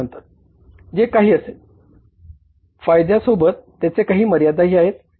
जे काही असेल फायद्या सोबत त्याच्या काही मर्यादाही आहेत